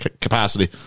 capacity